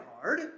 hard